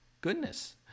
goodness